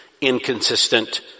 inconsistent